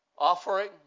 Offering